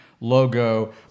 logo